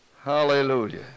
Hallelujah